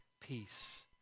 peace